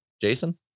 Jason